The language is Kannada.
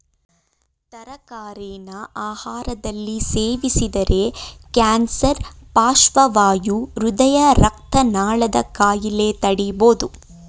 ತರಕಾರಿನ ಆಹಾರದಲ್ಲಿ ಸೇವಿಸಿದರೆ ಕ್ಯಾನ್ಸರ್ ಪಾರ್ಶ್ವವಾಯು ಹೃದಯ ರಕ್ತನಾಳದ ಕಾಯಿಲೆ ತಡಿಬೋದು